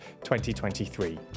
2023